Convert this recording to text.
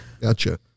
Gotcha